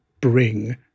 bring